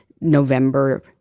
November –